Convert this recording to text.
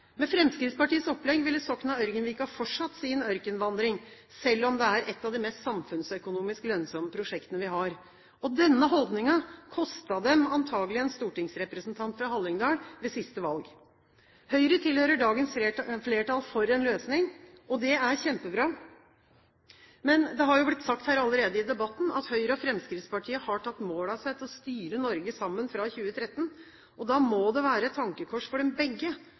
Med Fremskrittspartiets opplegg ville Sokna–Ørgenvika fortsatt sin ørkenvandring, selv om det er et av de mest samfunnsøkonomisk lønnsomme prosjektene vi har. Denne holdningen kostet dem antakelig en stortingsrepresentant fra Hallingdal ved siste valg. Høyre tilhører dagens flertall for en løsning, og det er kjempebra. Men det har jo blitt sagt her allerede i debatten at Høyre og Fremskrittspartiet har tatt mål av seg til å styre Norge sammen fra 2013. Da må det være et tankekors for dem begge